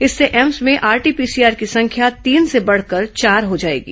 इससे एम्स में RT PCR की संख्या तीन से बढ़कर चार हो जाएगी